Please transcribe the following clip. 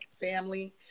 family